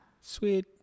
Sweet